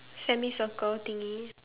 semi circle thingy